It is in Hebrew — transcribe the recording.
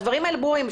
הדברים האלה ברורים,